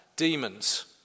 demons